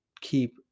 keep